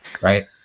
right